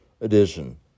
edition